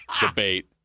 debate